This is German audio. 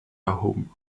erhoben